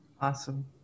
Awesome